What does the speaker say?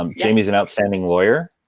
um jamie's an outstanding lawyer,